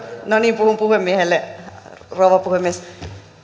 no niin puhun puhemiehelle rouva puhemies